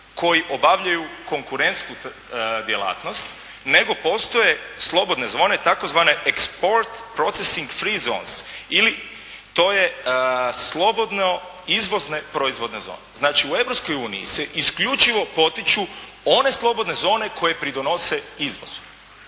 koji obavljaju konkurentsku djelatnost nego postoje slobodne zone tzv. export process in free zones ili to je slobodno izvozne proizvodne zone. Znači u Europskoj uniji se isključivo potiču one slobodne zone koje pridonose izvozu.